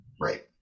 right